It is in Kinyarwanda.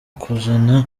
kuzana